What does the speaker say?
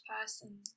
person